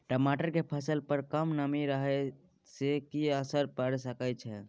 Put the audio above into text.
टमाटर के फसल पर कम नमी रहै से कि असर पैर सके छै?